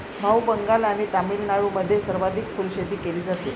भाऊ, बंगाल आणि तामिळनाडूमध्ये सर्वाधिक फुलशेती केली जाते